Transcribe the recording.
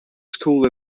school